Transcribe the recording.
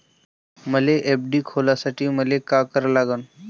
मले एफ.डी खोलासाठी मले का करा लागन?